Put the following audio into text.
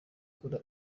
gukora